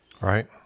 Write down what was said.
right